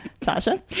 Tasha